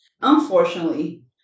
unfortunately